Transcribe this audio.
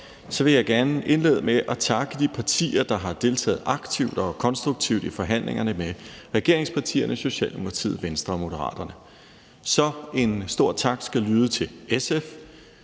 vil jeg gerne indlede med at takke de partier, der har deltaget aktivt og konstruktivt i forhandlingerne med regeringspartierne Socialdemokratiet, Venstre og Moderaterne. Så en stor tak skal lyde til SF,